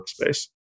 workspace